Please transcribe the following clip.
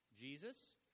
jesus